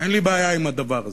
אין לי בעיה עם הדבר הזה,